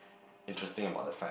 interesting about the fact